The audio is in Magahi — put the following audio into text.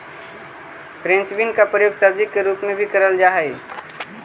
फ्रेंच बीन का प्रयोग सब्जी के रूप में भी करल जा हई